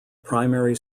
primary